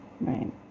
Right